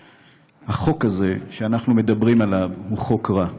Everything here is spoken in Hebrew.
החוק הזה, שאנחנו מדברים עליו, הוא חוק רע.